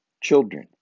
children